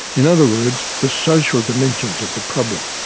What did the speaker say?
in other words, the social dimensions of the problem.